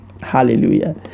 Hallelujah